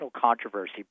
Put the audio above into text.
controversy